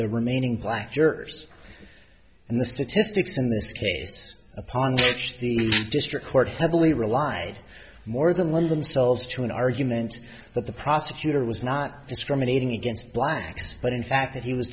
the remaining black jurors and the statistics in this case upon which the district court heavily relied more than one of themselves to an argument that the prosecutor was not discriminating against blacks but in fact that he was